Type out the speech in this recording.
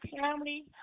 family